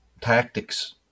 tactics